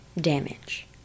damage